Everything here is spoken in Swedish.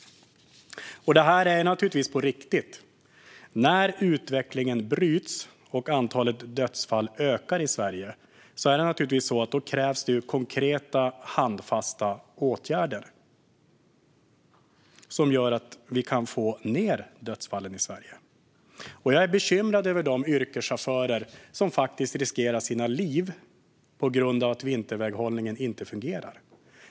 Detta är naturligtvis på riktigt. När utvecklingen bryts och antalet dödsfall ökar i Sverige krävs det naturligtvis konkreta och handfasta åtgärder som gör att vi kan få ned antalet dödsfall i Sverige. Jag är bekymrad över de yrkeschaufförer som faktiskt riskerar sina liv på grund av att vinterväghållningen inte fungerar.